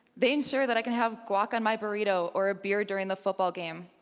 they ensure that i can have guac on my burrito or a beer during the football game.